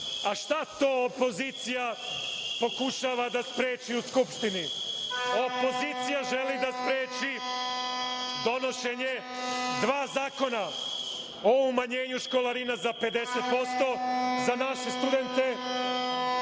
to opozicija pokušava da spreči u Skupštini? Opozicija želi da spreči donošenje dva zakona o umanjenju školarina za 50% za naše studente